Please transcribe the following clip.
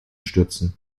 stürzen